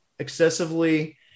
excessively